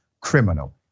criminal